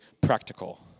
practical